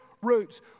roots